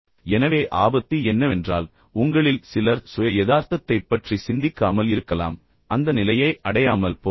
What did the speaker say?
எனவே ஆபத்து என்னவென்றால் உங்களில் சிலர் சுய யதார்த்தத்தைப் பற்றி சிந்திக்காமல் இருக்கலாம் அந்த நிலையை அடையாமல் போகலாம்